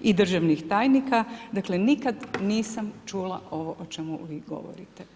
i državnih tajnika, dakle nikad nisam čula ovo o čemu govorite.